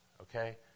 okay